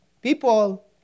People